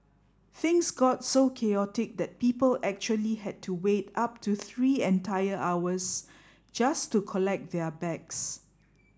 things got so chaotic that people actually had to wait up to three entire hours just to collect their bags